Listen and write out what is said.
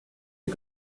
you